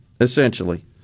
essentially